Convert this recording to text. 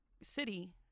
city